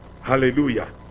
Hallelujah